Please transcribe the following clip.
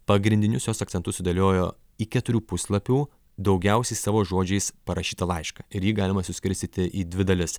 pagrindinius jos akcentus sudėliojo į keturių puslapių daugiausiai savo žodžiais parašytą laišką ir jį galima suskirstyti į dvi dalis